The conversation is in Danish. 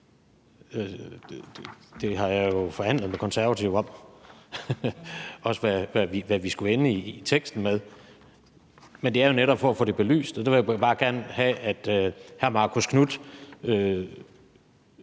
Det har jeg jo forhandlet med Konservative om – også om, hvad vi skulle ende teksten med. Men det er jo netop for at få det belyst. Og der vil jeg bare gerne have, at hr. Marcus Knuth